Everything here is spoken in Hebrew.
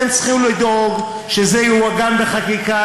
אתם צריכים לדאוג שזה יעוגן בחקיקה,